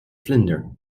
vlinder